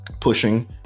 pushing